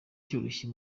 cyoroshye